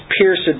pierced